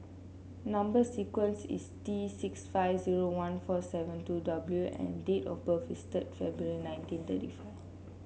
number sequence is T six five zero one four seven two W and date of birth is third February nineteen thirty five